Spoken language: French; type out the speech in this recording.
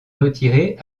retiré